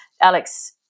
Alex